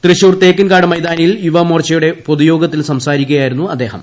തൃശ്ശൂർ തേക്കിൻകാട് മൈതാനിയിൽ യുവമോർച്ചയുടെ പൊതുയോഗത്തിൽ സംസാരിക്കുകയായിരുന്നു അദ്ദേഹം